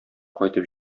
кайтып